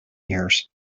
years